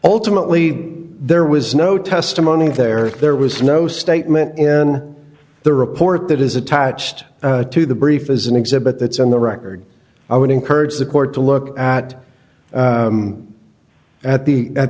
ultimately there was no testimony there there was no statement in the report that is attached to the brief as an exhibit that's on the record i would encourage the court to look at at the at